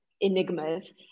enigmas